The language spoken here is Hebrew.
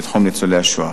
לתחום ניצולי השואה.